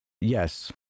Yes